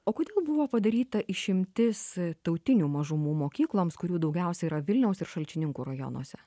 o kodėl buvo padaryta išimtis tautinių mažumų mokykloms kurių daugiausia yra vilniaus ir šalčininkų rajonuose